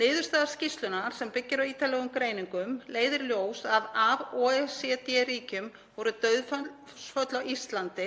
Niðurstaða skýrslunnar sem byggir á ítarlegum greiningum leiðir í ljós að af OECD-ríkjum voru dauðsföll á Íslandi